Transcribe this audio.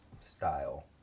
style